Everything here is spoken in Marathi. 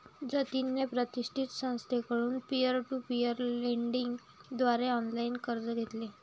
जतिनने प्रतिष्ठित संस्थेकडून पीअर टू पीअर लेंडिंग द्वारे ऑनलाइन कर्ज घेतले